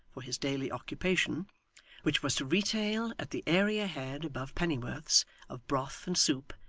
for his daily occupation which was to retail at the area-head above pennyworths of broth and soup,